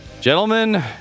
gentlemen